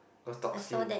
cause toxin